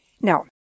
Now